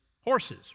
horses